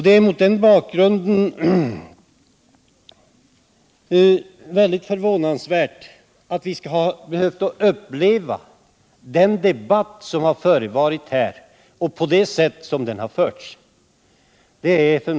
Det är mot den bakgrunden förvånansvärt att vi skall behöva uppleva en sådan debatt som denna. Det har varit en mycket stor besvikelse för mig att se på vilket sätt den har förts.